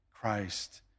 Christ